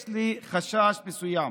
יש לי חשש מסוים.